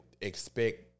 expect